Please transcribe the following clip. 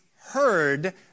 Heard